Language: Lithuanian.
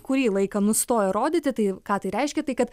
kurį laiką nustojo rodyti tai ką tai reiškia tai kad